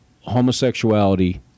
homosexuality